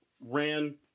ran